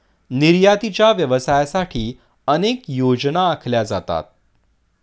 निर्यातीच्या व्यवसायासाठी अनेक योजना आखल्या जातात